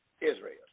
Israel